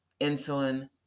insulin